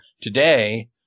Today